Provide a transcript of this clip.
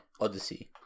Odyssey